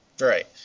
Right